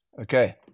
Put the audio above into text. Okay